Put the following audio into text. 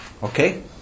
Okay